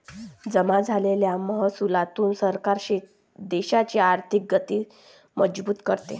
जमा झालेल्या महसुलातून सरकार देशाची आर्थिक गती मजबूत करते